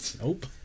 nope